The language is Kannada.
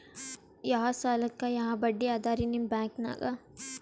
ಯಾ ಸಾಲಕ್ಕ ಯಾ ಬಡ್ಡಿ ಅದರಿ ನಿಮ್ಮ ಬ್ಯಾಂಕನಾಗ?